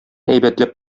әйбәтләп